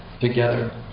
together